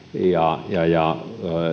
ja ja